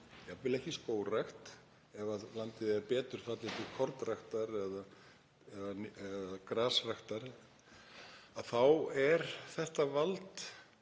ef landið er betur fallið til kornræktar eða grasræktar. Þetta vald